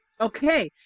Okay